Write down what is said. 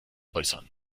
äußern